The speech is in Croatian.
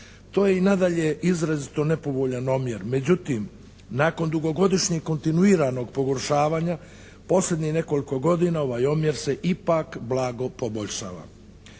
To je i nadalje izrazito nepovoljan omjer. Međutim, nakon dugogodišnjeg kontinuiranog pogoršavanja posljednjih nekoliko godina ovaj omjer se ipak blago poboljšava.